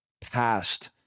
past